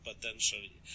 potentially